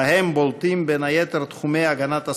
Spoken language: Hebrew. ובהם בולטים, בין היתר, תחומי הגנת הסביבה,